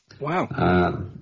Wow